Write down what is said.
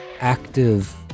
active